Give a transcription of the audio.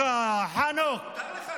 טרור, למה אני צריך לחשוב כמוך, חנוך?